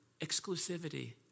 exclusivity